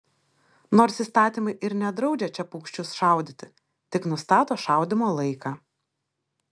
nors įstatymai ir nedraudžia čia paukščius šaudyti tik nustato šaudymo laiką